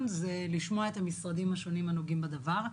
הוא לשמוע את המשרדים השונים הנוגעים בדבר,